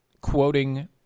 quoting